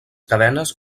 cadenes